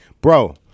Bro